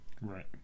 Right